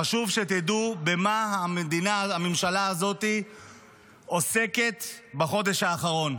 חשוב שתדעו במה הממשלה הזאת עוסקת בחודש האחרון.